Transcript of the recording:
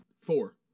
Four